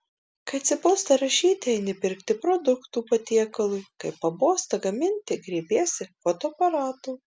kai atsibosta rašyti eini pirkti produktų patiekalui kai pabosta gaminti griebiesi fotoaparato